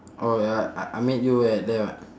orh ya I I meet you at there [what]